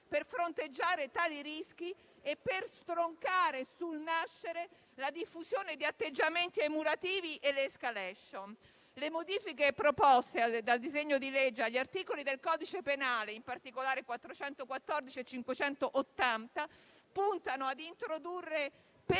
per fronteggiare tali rischi e per stroncare sul nascere la diffusione di atteggiamenti emulativi e l'*escalation*. Le modifiche proposte dal disegno di legge agli articoli del codice penale, in particolare 414 e 580, puntano a introdurre pene